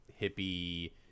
hippie